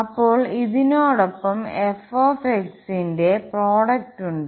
അപ്പോൾ ഇതിനോടൊപ്പം f ന്റെ പ്രോഡക്റ്റ് ഉണ്ട്